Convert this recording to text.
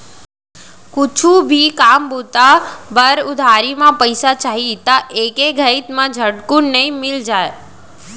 कुछु भी काम बूता बर उधारी म पइसा चाही त एके घइत म झटकुन नइ मिल जाय